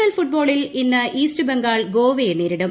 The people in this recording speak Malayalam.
എൽ ഫുട്ബോളിൽ ഇന്ന് ഈസ്റ്റ് ബംഗാൾ ഗോവയെ നേരിടും